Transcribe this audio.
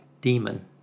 Demon